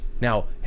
now